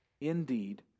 indeed